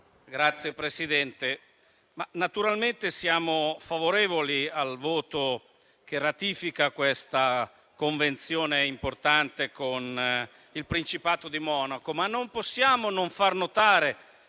Viva-RenewEurope siamo favorevoli al voto che ratifica questa Convenzione importante con il Principato di Monaco, ma non possiamo non far notare,